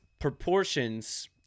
proportions